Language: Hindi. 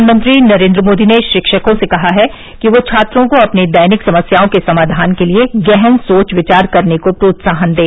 प्रधानमंत्री नरेन्द्र मोदी ने शिक्षकों से कहा है कि वे छात्रों को अपनी दैनिक समस्याओं के समाधान के लिए गहन सोच विचार करने को प्रोत्साहन दें